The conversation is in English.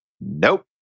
Nope